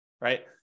right